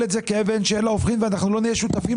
את זה כאבן שאין לה הופכין ואנחנו לא נהיה שותפים